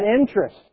interest